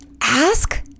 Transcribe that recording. ask